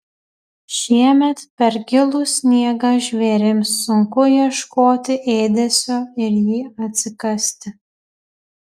šiemet per gilų sniegą žvėrims sunku ieškoti ėdesio ir jį atsikasti